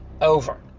over